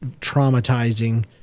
traumatizing